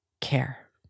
care